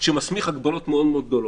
שמסמיך הגבלות מאוד מאוד גדולות.